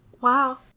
Wow